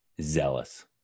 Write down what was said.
Zealous